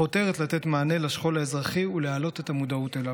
החותרת לתת מענה לשכול האזרחי ולהעלות את המודעות אליו.